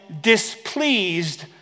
displeased